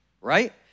right